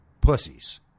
pussies